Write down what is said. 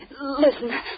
Listen